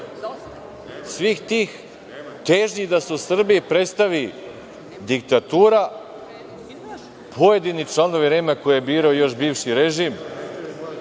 svih tih težnji da se u Srbiji predstavi diktatura pojedini članovi REM-a, koje je birao još bivši režim,